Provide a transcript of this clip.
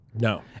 no